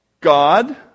God